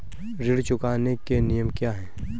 ऋण चुकाने के नियम क्या हैं?